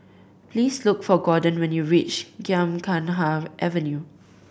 please look for Gordon when you reach Gymkhana Avenue